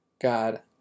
God